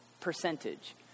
percentage